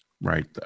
Right